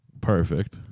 perfect